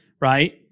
right